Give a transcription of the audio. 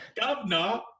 governor